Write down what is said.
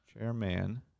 Chairman